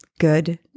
good